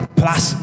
plus